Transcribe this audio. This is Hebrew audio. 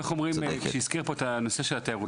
מי שהזכיר פה את נושא התיירות,